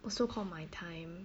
also called my time